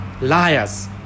liars